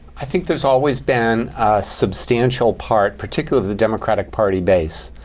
i think there's always been a substantial part, particularly the democratic party base,